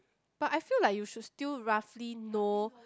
but I feel like you should still roughly know